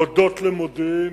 הודות למודיעין,